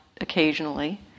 occasionally